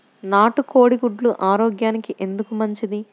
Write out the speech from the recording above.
నాటు కోడి గుడ్లు ఆరోగ్యానికి ఎందుకు మంచిది?